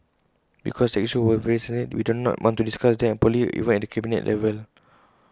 because tax issues were very sensitive we did not want to discuss them openly even at the cabinet level